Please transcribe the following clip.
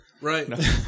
Right